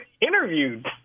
interviewed